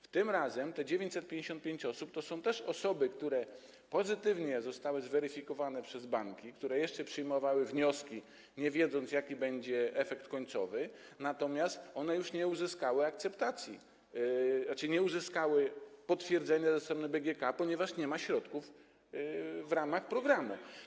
Te tym razem 955 osób to też są osoby, które zostały pozytywnie zweryfikowane przez banki, które jeszcze przyjmowały wnioski, nie wiedząc, jaki będzie efekt końcowy, natomiast one już nie uzyskały akceptacji, znaczy nie uzyskały potwierdzenia ze strony BGK, ponieważ nie ma środków w ramach programu.